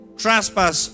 trespass